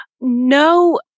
No